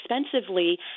expensively